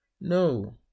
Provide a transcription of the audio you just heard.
No